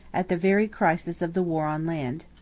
at the very crisis of the war on land.